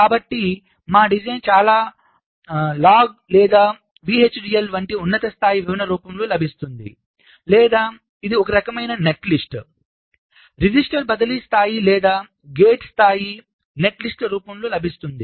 కాబట్టి మా డిజైన్ చాలా లాగ్ లేదా విహెచ్డిఎల్ వంటి ఉన్నత స్థాయి వివరణ రూపంలో లభిస్తుంది లేదా ఇది ఒక రకమైన నెట్లిస్ట్ రిజిస్టర్ బదిలీ స్థాయి లేదా గేట్ స్థాయి నెట్లిస్ట్ రూపంలో లభిస్తుంది